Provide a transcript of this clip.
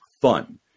fun